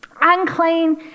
Unclean